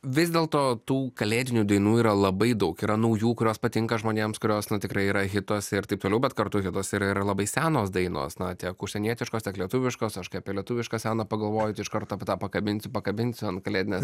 vis dėl to tų kalėdinių dainų yra labai daug yra naujų kurios patinka žmonėms kurios tikrai yra hituose ir taip toliau bet kartu hituose yra ir labai senos dainos na tiek užsienietiškos tiek lietuviškos apie lietuvišką seną pagalvojat iškart apie tą pakabinsiu pakabinsiu ant kalėdinės